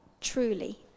truly